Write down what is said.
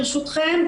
ברשותכם,